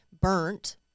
burnt